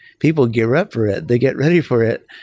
people gear up for it. they get ready for it.